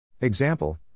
Example